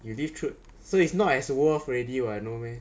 you live through so it's not as worth already [what] no meh